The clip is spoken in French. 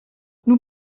nous